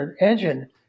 engine